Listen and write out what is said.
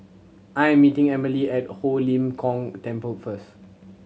I'm meeting Emelie at Ho Lim Kong Temple first